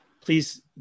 Please